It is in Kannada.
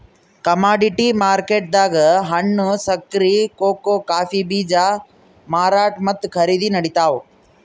ಕಮಾಡಿಟಿ ಮಾರ್ಕೆಟ್ದಾಗ್ ಹಣ್ಣ್, ಸಕ್ಕರಿ, ಕೋಕೋ ಕಾಫೀ ಬೀಜ ಮಾರಾಟ್ ಮತ್ತ್ ಖರೀದಿ ನಡಿತಾವ್